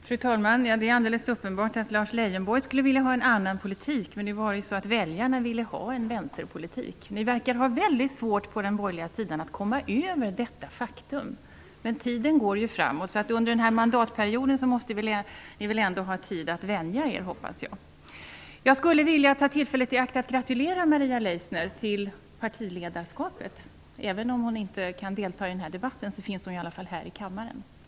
Fru talman! Det är alldeles uppenbart att Lars Leijonborg skulle vilja ha en annan politik. Nu var det så att väljarna ville ha en vänsterpolitik. Ni verkar ha väldigt svårt på den borgerliga sidan att komma över detta faktum. Men tiden går ju framåt. Under den här mandatperioden måste ni väl ändå ha tid att vänja er, hoppas jag. Jag vill ta tillfället i akt att gratulera Maria Leissner till partiledarskapet. Även om hon inte kan delta i debatten finns hon ju i alla fall här i kammaren.